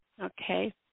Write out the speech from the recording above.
okay